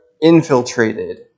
infiltrated